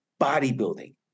bodybuilding